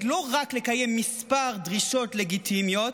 לא רק לקיים כמה דרישות לגיטימיות,